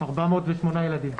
408 ילדים.